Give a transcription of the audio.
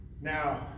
Now